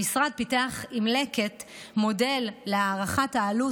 המשרד פיתח עם לקט מודל להערכת העלות